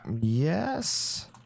Yes